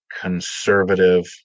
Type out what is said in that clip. conservative